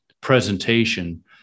presentation